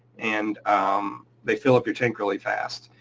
and they fill up your tank really fast.